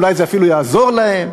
ואולי זה אפילו יעזור להם.